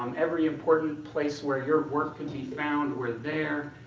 um every important place where your work can be found were there.